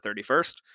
31st